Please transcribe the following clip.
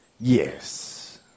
Yes